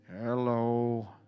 Hello